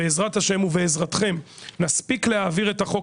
בעזרת השם ובעזרתכם נספיק להעביר את החוק